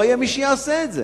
לא יהיה מי שיעשה את זה.